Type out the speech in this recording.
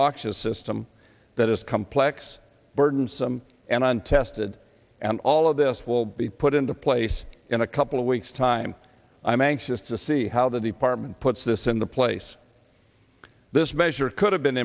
option a system that is complex burdensome and untested and all of this will be put into place in a couple of weeks time i'm anxious to see how the department puts this in the place this measure could have been